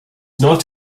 not